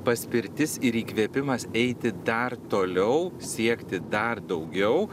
paspirtis ir įkvėpimas eiti dar toliau siekti dar daugiau